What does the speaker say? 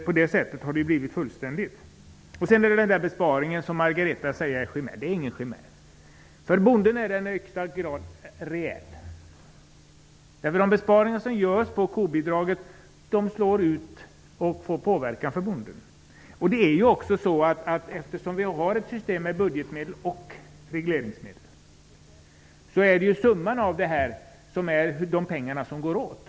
På så sätt har det hela blivit fullständigt. Margareta Winberg påstod att en viss besparing är en chimär. Det är den inte. För bonden är den reell i högsta grad. De besparingar som görs på kobidraget får genomslag och påverkar bondens situation. Eftersom vi har ett system med både budgetmedel och regleringmedel är det summan av dessa två som är de pengar som faktiskt går åt.